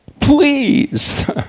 Please